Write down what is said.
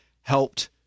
helped